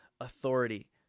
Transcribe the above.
authority